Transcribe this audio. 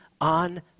on